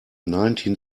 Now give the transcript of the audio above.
nineteen